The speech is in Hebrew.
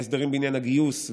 ההסדרים בעניין הגיוס,